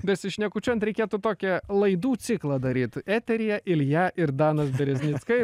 besišnekučiuojant reikėtų tokią laidų ciklą daryt eteryje ilja ir danas bereznickai